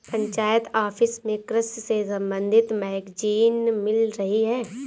panchayat office में कृषि से संबंधित मैगजीन मिल रही है